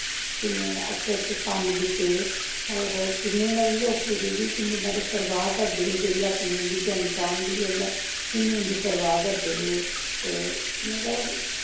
कि'न्नें अच्छे अच्छे कम्म कीते होर कि'न्नें मतलब लोकें दी बी मतलब कि'न्नी परवाह् करदे हे ते अपनी उं'दी जनता होंदी ही ओल्लै कि'न्नी उं'दी परवाह् करदे हे ते मतलब